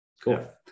Cool